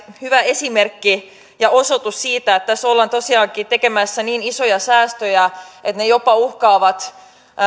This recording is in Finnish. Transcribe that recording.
hyvä esimerkki ja osoitus siitä että tässä ollaan tosiaankin tekemässä niin isoja säästöjä että ne jopa uhkaavat